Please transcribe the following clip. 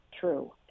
true